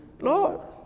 Lord